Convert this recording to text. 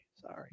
Sorry